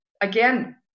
again